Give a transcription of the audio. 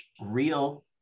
real